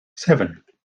seven